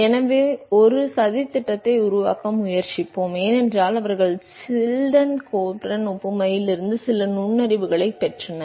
எனவே ஒரு சதித்திட்டத்தை உருவாக்க முயற்சிப்போம் ஏனென்றால் அவர்கள் சில்டன் கோல்பர்ன் ஒப்புமையிலிருந்து சில நுண்ணறிவுகளைப் பெற்றனர்